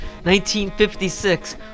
1956